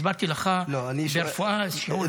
הסברתי לך שברפואה שיעור --- לא,